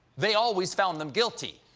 they always found them guilty.